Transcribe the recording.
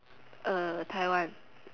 Taiwan